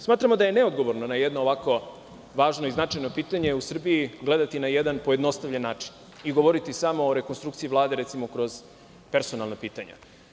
Smatramo da je neodgovorno da na jedno ovako važno i značajno pitanje u Srbiji gledati na jedan pojednostavljen način i govoriti samo o rekonstrukciji Vlade recimo kroz personalna pitanja.